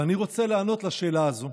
ואני רוצה לענות על השאלה הזו: